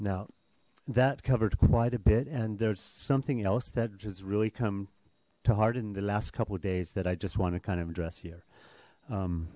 now that covered quite a bit and there's something else that has really come to heart in the last couple days that i just want to kind of address here